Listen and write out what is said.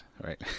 right